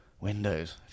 Windows